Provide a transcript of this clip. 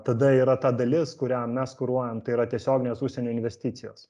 tada yra ta dalis kurią mes kuruojam tai yra tiesioginės užsienio investicijos